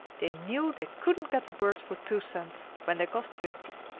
they knew they couldn't get the birds for two cents when they cost fifty.